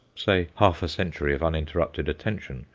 say, half a century of uninterrupted attention,